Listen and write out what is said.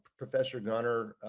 professor governor.